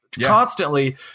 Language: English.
Constantly